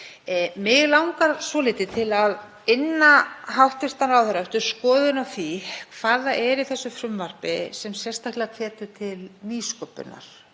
Mig langar svolítið til að inna hann eftir skoðun á því hvað það er í þessu frumvarpi sem sérstaklega hvetur til nýsköpunar